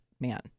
man